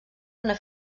una